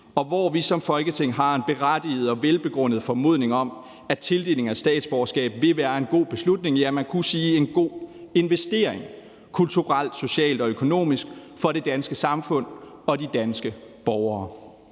og hvor vi som Folketing har en berettiget og velbegrundet formodning om, at tildeling af statsborgerskab vil være en god beslutning – ja, man kunne sige en god investering – kulturelt, socialt og økonomisk for det danske samfund og de danske borgere.